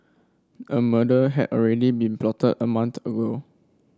a murder had already been plotted a month ago